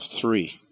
three